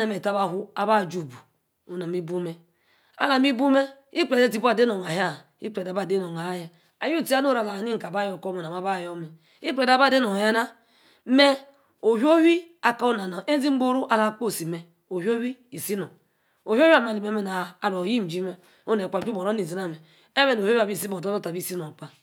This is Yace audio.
yie bua ba. ju-fuu ne-bu-meh. ala-waah na. yor-ori-okpebi ayah meh ayoma che ní kplede abi-bí non. ikplede abi-yana. ame ikplede ameh. namí ageyi. ya-meh na. amnd ma ageyi yaa meh na. abí na yefíe yefie ama. mba ayor akor nah nor na otîe-tie-oti-tie mba ayor akor na. nor na. mba ayor akor na-yefia. aha, ayor akor na yefia. yaa. emer-ne-ȝi-igboru orr abala. ne-tie yameh emer na bi nanor. ofio-fie yaa meh am-kpa tah abi ruu-abemi. mbi na yefia yaa. ina neri-igboru ame. meh okor odor-dor kali yefia onu na. gbobar. ifuu wey waa tsa-tsa. meh ande mba ayor-oro amerd akwa. ija-jie akor. nicki. yí. kíyí waa tsa-tsa. akor. alor yini jim na ma aku-iji nor yaa ali. somo. yaa. wu yim jim mba aku. iji nor mba aku. iji nor